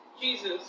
Jesus